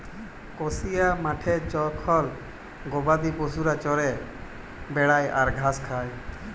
কসিয়া মাঠে জখল গবাদি পশুরা চরে বেড়ায় আর ঘাস খায়